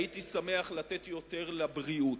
הייתי שמח לתת יותר לבריאות,